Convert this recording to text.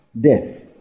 Death